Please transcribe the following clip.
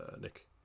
Nick